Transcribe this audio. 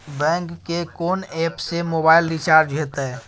Bank के कोन app से मोबाइल रिचार्ज हेते?